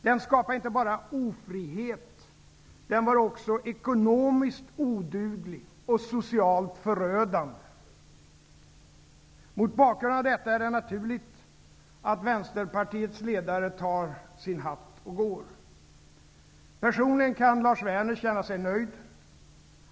Den skapade inte bara ofrihet, den var också ekonomiskt oduglig och socialt förödande. Mot bakgrund av detta är det naturligt att Vänsterpartiets ledare tar sin hatt och går. Personligen kan Lars Werner känna sig nöjd.